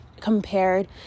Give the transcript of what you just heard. compared